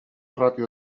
ràtio